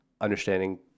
understanding